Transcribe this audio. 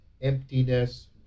emptiness